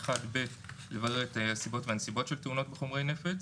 (1ב) לברר את הסיבות והנסיבות של תאונות בחומרי נפץ,